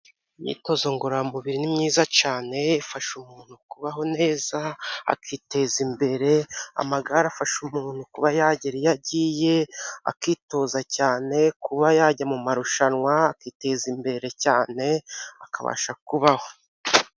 Imyitozo ngororamubiri ni myiza cyane, ifasha umuntu kubaho neza akiteza imbere, amagare afasha umuntu kuba yagera iyo agiye, akitoza cyane kuba yajya mu marushanwa akiteza imbere cyane, akabasha kubaho.